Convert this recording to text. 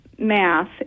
math